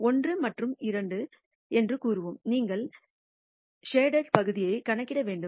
1 மற்றும் 2 என்று கூறுவோம் நீங்கள் நிழலாடிய பகுதியை கணக்கிட வேண்டும்